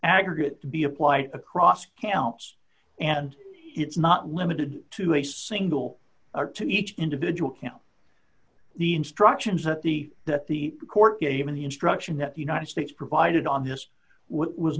aggregate to be applied across counts and it's not limited to a single to each individual count the instructions that the that the court gave and the instruction that the united states provided on this was